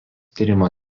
tyrimo